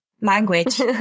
language